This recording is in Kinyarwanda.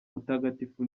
mutagatifu